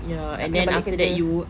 nak kena balik kerja